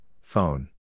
Phone